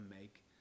make